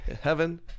heaven